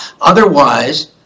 Otherwise